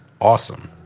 awesome